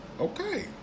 okay